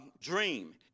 dream